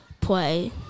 play